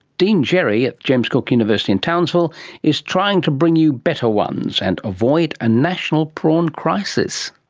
dean jerry at james cook university in townsville is trying to bring you better ones and avoid a national prawn crisis.